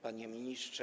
Panie Ministrze!